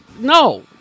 No